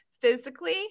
physically